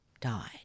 died